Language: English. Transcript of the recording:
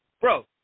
Bro